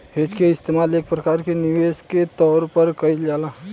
hedge के इस्तेमाल एक प्रकार के निवेश के तौर पर कईल जाला